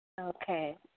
Okay